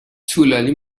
طولانی